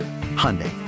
Hyundai